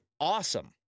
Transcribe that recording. awesome